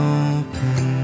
open